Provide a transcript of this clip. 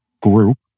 group